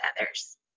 others